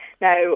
Now